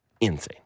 insane